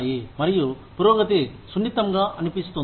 మరియు పురోగతి సున్నితంగా అనిపిస్తుంది